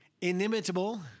inimitable